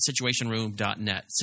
situationroom.net